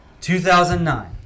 2009